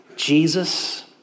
Jesus